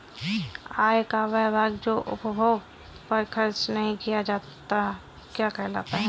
आय का वह भाग जो उपभोग पर खर्च नही किया जाता क्या कहलाता है?